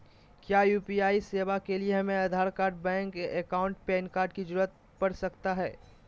क्या यू.पी.आई सेवाएं के लिए हमें Aadhaar card bank account PAN card की जरूरत पड़ सकता है?